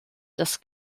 das